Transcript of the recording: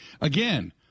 Again